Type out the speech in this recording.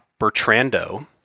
Bertrando